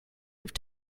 have